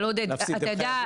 אתה יודע,